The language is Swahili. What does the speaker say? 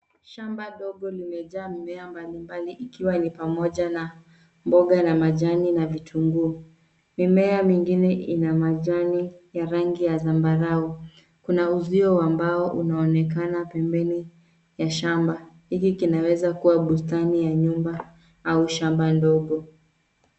Shamba dogo limejaa mimea mbali mbali ikiwa ni pamoja na mboga na majani na vitunguu. Mimea mingine ina majani ya rangi ya zambarau. Kuna uzio wa mbao unaonekana pembeni ya shamba. Hiki kinaweza kuwa bustani ya nyumba au shamba ndogo.